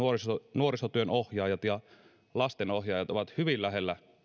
nuorisotyönohjaajat ja lastenohjaajat ovat hyvin lähellä